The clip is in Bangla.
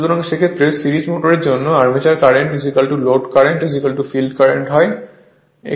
সুতরাং সেক্ষেত্রে সিরিজ মোটরের জন্য armature current load current field current হবে